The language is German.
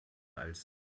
als